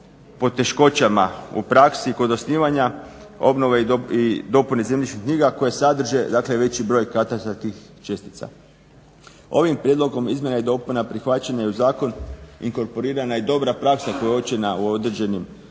poteškoćama u praksi kod osnivanja, obnove i dopune zemljišnih knjiga koje sadrže veći broj katastarskih čestica. Ovim prijedlogom izmjena i dopuna prihvaćeno je i u zakon inkorporirana i dobra praksa koja je uočena u određenim